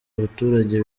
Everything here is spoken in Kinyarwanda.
abaturage